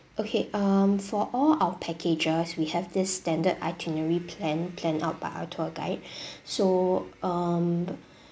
okay um for all our packages we have this standard itinerary plan planned out by our tour guide so um